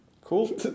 cool